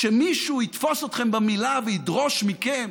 שמישהו יתפוס אתכם במילה וידרוש מכם